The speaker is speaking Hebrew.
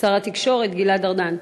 שר התקשורת גלעד ארדן,